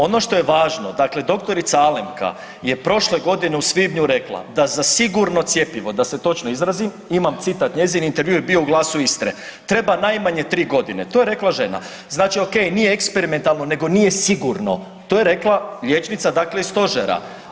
Ono što je važno, dakle dr. Alemka je prošle godine u svibnju rekla da za sigurno cjepivo, da se točno izrazim, imam citat njezin, intervju je bio u „Glasu Istre“, treba najmanje 3.g., to je rekla žena, znači okej, nije eksperimentalno nego nije sigurno, to je rekla liječnica dakle iz stožera.